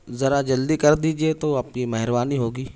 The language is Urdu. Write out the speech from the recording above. ذرا جلدی کر دیجیے تو آپ کی مہربانی ہوگی